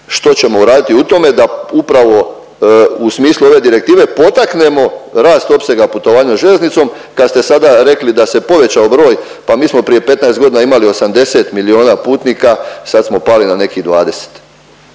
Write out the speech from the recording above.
što ćemo uraditi u tome da upravo u smislu ove direktive potaknemo rast opsega putovanja željeznicom kad ste sada rekli da se povećao broj, pa mi smo prije 15.g. imali 80 milijuna putnika, sad smo pali na nekih 20,